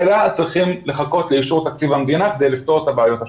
אלא צריכים לחכות לאישור תקציב המדינה כדי לפתור את הבעיות השוטפות.